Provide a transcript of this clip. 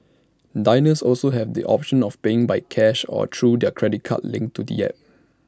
diners also have the option of paying by cash or through their credit card linked to the app